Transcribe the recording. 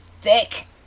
thick